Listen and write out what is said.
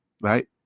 Right